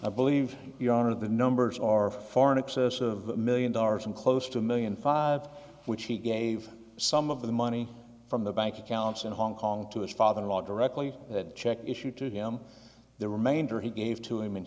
i believe your honor the numbers are far in excess of a million dollars and close to a million five which he gave some of the money from the bank accounts in hong kong to his father in law directly that check issued to him the remainder he gave to him in